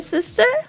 Sister